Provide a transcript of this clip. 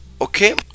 Okay